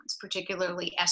particularly